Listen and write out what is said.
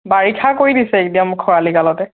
বাৰিষা কৰি দিছে একদম খৰালি কালতে